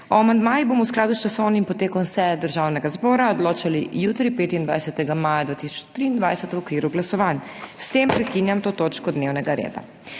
O amandmajih bomo v skladu s časovnim potekom seje Državnega zbora odločali jutri, 25. maja 2023, v okviru glasovanj. S tem prekinjam to točko dnevnega reda.